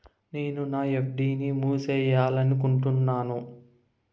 నేను నా ఎఫ్.డి ని మూసేయాలనుకుంటున్నాను